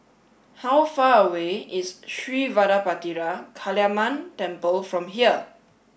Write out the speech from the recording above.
how far away is Sri Vadapathira Kaliamman Temple from here